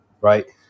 right